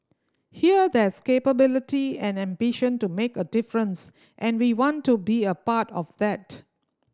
here there's capability and ambition to make a difference and we want to be a part of that